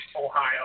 Ohio